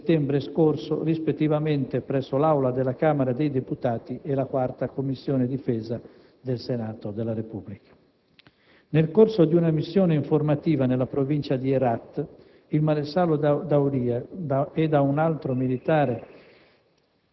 settembre scorso rispettivamente presso l'Aula della Camera dei deputati e la 4a Commissione (Difesa) del Senato della Repubblica. Nel corso di una missione informativa nella provincia di Herat, il maresciallo D'Auria ed un altro militare